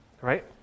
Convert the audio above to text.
Right